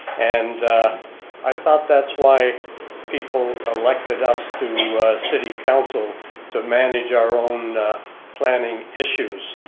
and i thought that's why people elected us to city council to manage our own planning issues.